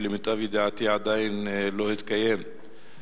שלמיטב ידיעתי עדיין לא התקיים.